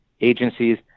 agencies